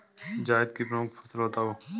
जायद की प्रमुख फसल बताओ